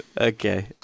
Okay